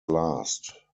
last